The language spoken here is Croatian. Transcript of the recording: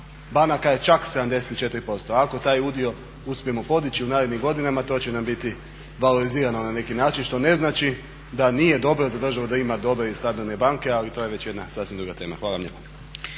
banaka je čak 74%. Ako taj udio uspijemo podići u narednim godinama to će nam biti valorizirano na neki način, što ne znači da nije dobro za državu da ima dobre i stabilne banke, ali to je već jedna sasvim druga tema. Hvala vam lijepo.